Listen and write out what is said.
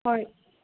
ꯍꯣꯏ